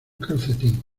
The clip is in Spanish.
calcetín